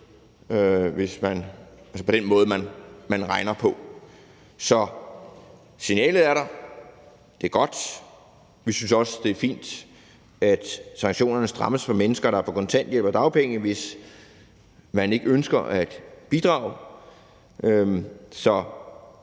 den måde, man regner på. Så signalet er der, det er godt, og vi synes også, det er fint, at sanktionerne strammes for mennesker, der er på kontanthjælp og dagpenge, hvis man ikke ønsker at bidrage. Så